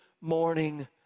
morning